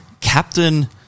Captain